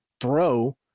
throw